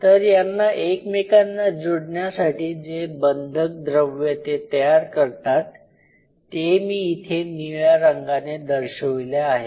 तर यांना एकमेकांना जुडण्यासाठी जे बंधक द्रव्य ते तयार करतात ते मी इथे निळ्या रंगाने दर्शविले आहे